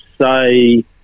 say